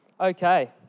Okay